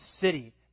city